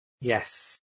Yes